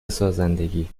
سازندگی